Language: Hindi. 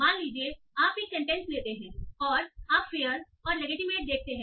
मान लीजिए आप एक सेंटेंस लेते हैं और आप फेयर और लेगीटीमेट देखते हैं